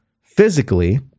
physically